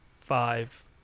five